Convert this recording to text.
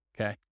Okay